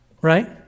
right